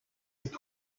үед